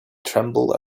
trembled